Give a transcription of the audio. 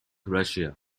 russia